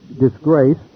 disgrace